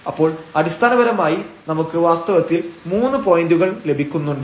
അപ്പോൾ അടിസ്ഥാനപരമായി നമുക്ക് വാസ്തവത്തിൽ 3 പോയന്റുകൾ ലഭിക്കുന്നുണ്ട്